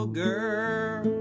girl